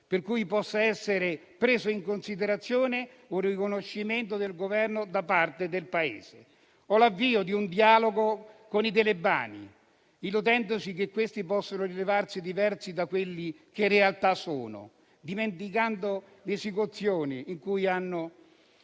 per cui può essere preso in considerazione un riconoscimento di tale Governo da parte del nostro Paese o l'avvio di un dialogo con i talebani, illudendosi che essi possano rivelarsi diversi da ciò che in realtà sono, dimenticando le esecuzioni a cui ci hanno